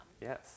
Yes